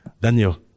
Daniel